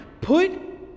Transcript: put